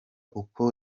uko